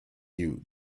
you